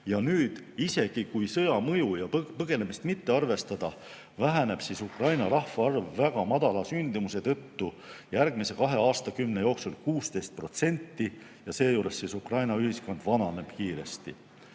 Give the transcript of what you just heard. Ja nüüd, isegi kui sõja mõju ja põgenemist mitte arvestada, väheneb Ukraina rahvaarv väga madala sündimuse tõttu järgmise kahe aastakümne jooksul 16% ja seejuures Ukraina ühiskond vananeb kiiresti.